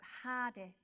hardest